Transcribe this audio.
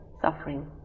suffering